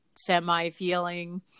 semi-feeling